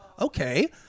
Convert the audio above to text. okay